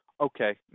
okay